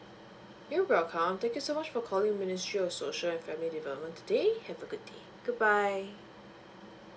you're welcome thank you so much for calling ministry of social and family development today have a good day good bye